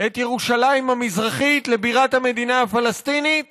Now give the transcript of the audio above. את ירושלים המזרחית לבירת המדינה הפלסטינית